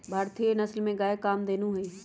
भारतीय नसल में गाय कामधेनु हई